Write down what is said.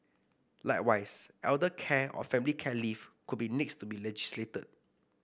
likewise elder care or family care leave could be next to be legislated